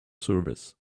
service